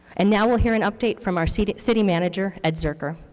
and now we'll hear an update from our city city manager, ed zuercher.